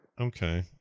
okay